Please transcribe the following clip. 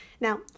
Now